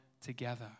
together